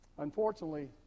Unfortunately